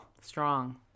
strong